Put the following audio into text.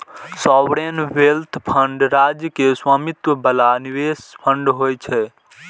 sovereign wealth fund राज्य के स्वामित्व बला निवेश फंड होइ छै